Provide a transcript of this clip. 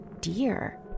dear